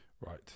Right